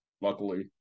luckily